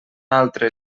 altre